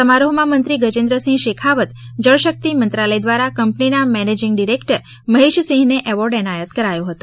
આ સમારોહમાં મંત્રી ગજેન્દ્રસીંહ શેખાવત જળશક્તિ મંત્રાલય દ્વારા કંપનીની મેનેજીગ ડિરેક્ટર મહેશસીંહને એવોર્ડ એનાયત કરાયો હતો